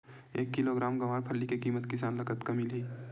एक किलोग्राम गवारफली के किमत किसान ल कतका मिलही?